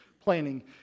planning